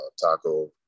Taco